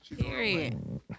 Period